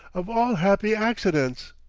of all happy accidents!